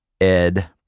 Ed